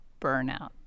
burnout